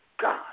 God